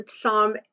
Psalm